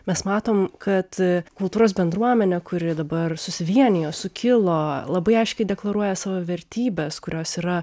mes matom kad kultūros bendruomenė kuri dabar susivienijo sukilo labai aiškiai deklaruoja savo vertybes kurios yra